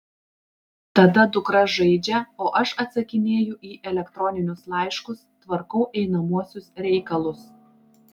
tada dukra žaidžia o aš atsakinėju į elektroninius laiškus tvarkau einamuosius reikalus